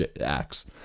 acts